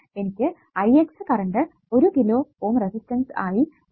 എനിക്ക് ix current 1 kilo Ω resistance ആയി ഉണ്ട്